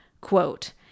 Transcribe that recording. quote